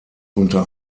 unter